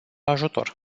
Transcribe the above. ajutor